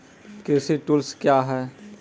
कृषि टुल्स क्या हैं?